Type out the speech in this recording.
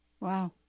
Wow